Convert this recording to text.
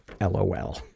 LOL